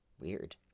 weird